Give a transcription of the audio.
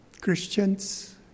Christians